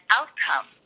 outcome